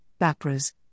BAPRAS